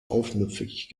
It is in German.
aufmüpfig